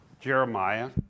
Jeremiah